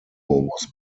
was